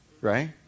right